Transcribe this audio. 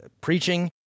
preaching